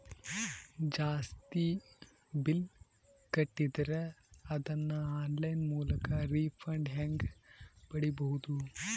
ಜಾಸ್ತಿ ಬಿಲ್ ಕಟ್ಟಿದರ ಅದನ್ನ ಆನ್ಲೈನ್ ಮೂಲಕ ರಿಫಂಡ ಹೆಂಗ್ ಪಡಿಬಹುದು?